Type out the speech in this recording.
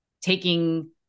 taking